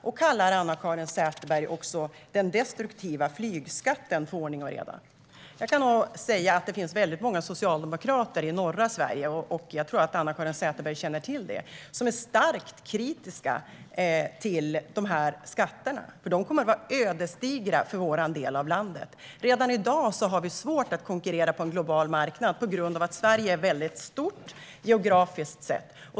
Och kallar Anna-Caren Sätherberg den destruktiva flygskatten för ordning och reda? Det finns väldigt många socialdemokrater i norra Sverige - jag tror att Anna-Caren Sätherberg känner till det - som är starkt kritiska till dessa skatter. De kommer nämligen att vara ödesdigra för vår del av landet. Redan i dag har vi svårt att konkurrera på en global marknad på grund av att Sverige är mycket stort geografiskt sett.